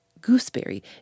Gooseberry